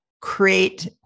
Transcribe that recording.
create